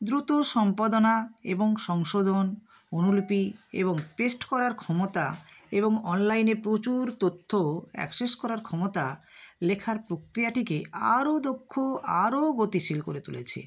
দ্রুত সম্পাদনা এবং সংশোদন অনুলিপি এবং পেস্ট করার ক্ষমতা এবং অনলাইনে প্রচুর তথ্য অ্যাক্সেস করার ক্ষমতা লেখার প্রক্রিয়াটিকে আরো দক্ষ আরো গতিশীল করে তুলেছে